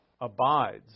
abides